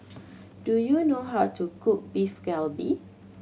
do you know how to cook Beef Galbi